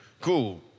Cool